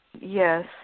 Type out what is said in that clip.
Yes